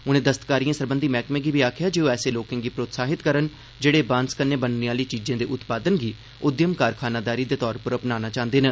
उनें दस्तकारिए सरबध्वी मैहकमे गी बी आखेआ जे ओह ऐसे लोकें गी प्रोत्साहित करन जेहड़े बाक्ष कन्नै बनने आहली चीजें दे उत्पादन गी उद्यम कारखानदारी दे तौर उप्पर अपनाना चाह्वदे न